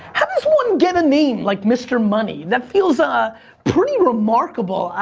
how does one get a name like mister money? that feels, ah pretty remarkable.